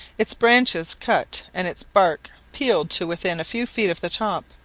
its branches cut and its bark peeled to within a few feet of the top.